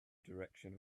direction